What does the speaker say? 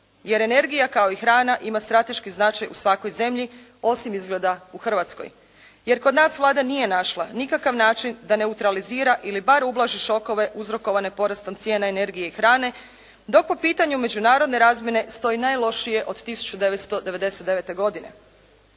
jer energija kao i hrana ima strateški značaj u svakoj zemlji, osim izgleda u Hrvatskoj. Jer kod nas Vlada nije našla nikakav način da neutralizira ili bar ublaži šokove uzrokovane porastom cijena energije i hrane, dok po pitanju međunarodne razmjene stoji najlošije od 1999. godine.